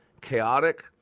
Chaotic